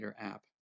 app